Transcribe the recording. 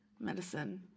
Medicine